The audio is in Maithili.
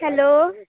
हेलो